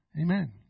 Amen